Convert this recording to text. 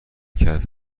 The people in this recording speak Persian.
کرد